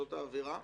זאת האווירה.